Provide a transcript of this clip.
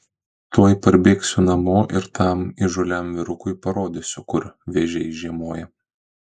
tuoj parbėgsiu namo ir tam įžūliam vyrukui parodysiu kur vėžiai žiemoja